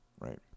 Right